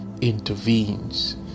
intervenes